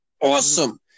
awesome